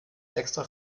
extra